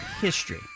history